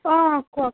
অঁ কওক